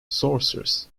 sorcerers